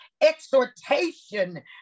exhortation